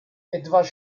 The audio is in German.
etwas